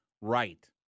right